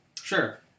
Sure